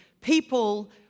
people